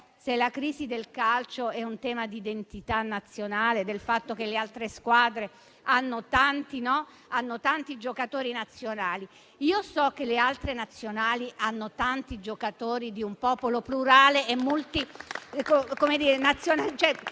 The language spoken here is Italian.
se la crisi del calcio è un tema di identità nazionale, rispetto al fatto che le altre squadre hanno tanti giocatori nazionali. Io so che le altre nazionali hanno tanti giocatori di un popolo plurale in